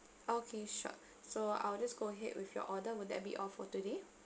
okay sure so I will just go ahead with your order will that be all for today